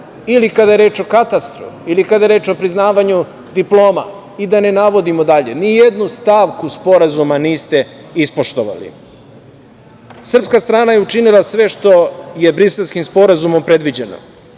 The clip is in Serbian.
ili kada je reč o katastru, ili kada je reč o priznavanju diploma i da ne navodimo dalje? Ni jednu stavku Sporazuma niste ispoštovali. Srpska strana je učinila sve što je Briselskim sporazumom predviđeno.